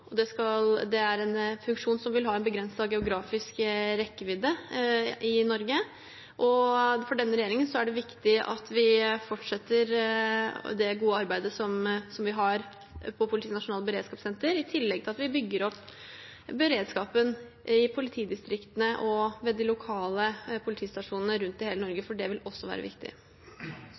og det er en funksjon som vil ha en begrenset geografisk rekkevidde i Norge. For denne regjeringen er det viktig at vi fortsetter det gode arbeidet vi har på Politiets nasjonale beredskapssenter, i tillegg til at vi bygger opp beredskapen i politidistriktene og ved de lokale politistasjonene rundt i hele Norge, for det vil også være viktig.